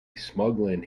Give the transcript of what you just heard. smuggling